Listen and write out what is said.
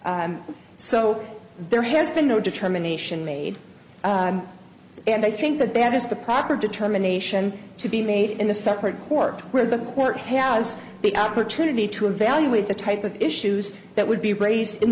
so there has been no determination made and i think that that is the proper determination to be made in a separate court where the court has the opportunity to evaluate the type of issues that would be raised in